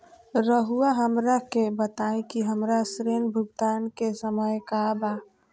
रहुआ हमरा के बताइं कि हमरा ऋण भुगतान के समय का बा?